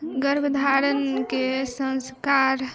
गर्भ धारणके संस्कार